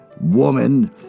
woman